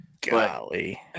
golly